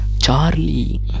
Charlie